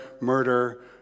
murder